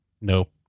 No